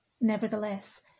nevertheless